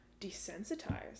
desensitized